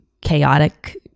chaotic